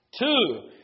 two